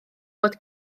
bod